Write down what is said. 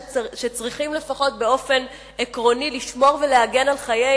שצריכים לפחות באופן עקרוני לשמור ולהגן על חיי